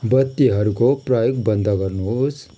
बत्तीहरूको प्रयोग बन्द गर्नुहोस्